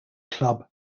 club